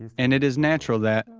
and it is natural that,